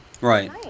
Right